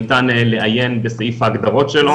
ניתן לעיין בהגדרות שלו,